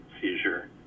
seizure